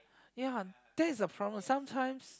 ya that is the problem sometimes